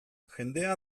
jendea